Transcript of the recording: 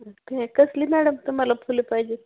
okay कसली madam तुम्हाला फुलं पाहिजे